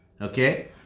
Okay